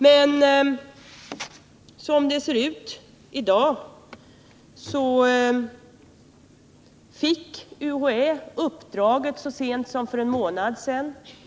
I dag är emellertid läget det att UHÄ fick uppdraget så sent som för en månad sedan.